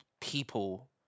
people